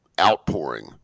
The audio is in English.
outpouring